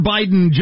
Biden